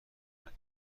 ببره